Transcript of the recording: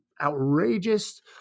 outrageous